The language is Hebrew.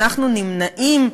אנחנו נמנעים,